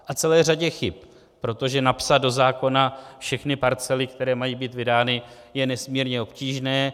A celé řadě chyb, protože napsat do zákona všechny parcely, které mají být vydány, je nesmírně obtížné.